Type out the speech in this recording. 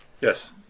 Yes